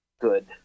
good